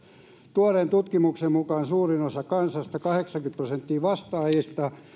tuoreen tutkimuksen mukaan suurin osa kansasta kahdeksankymmentä prosenttia vastaajista